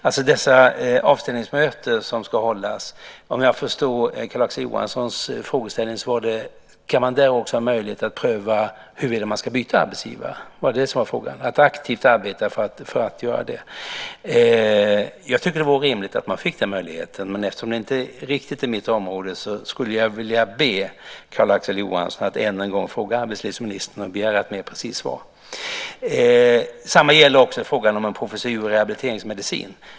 Vid de avstämningsmöten som ska hållas kan man, om jag förstår Carl-Axel Johanssons frågeställning rätt, också ha möjlighet att pröva huruvida man ska byta arbetsgivare. Det var det som var frågan - att aktivt arbeta för att göra det. Jag tycker att det vore rimligt att man fick den möjligheten, men eftersom det inte riktigt är mitt område skulle jag vilja be Carl-Axel Johansson att än en gång fråga arbetslivsministern och begära ett mer precist svar. Detsamma gäller också frågan om en professur i rehabiliteringsmedicin.